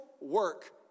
work